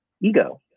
ego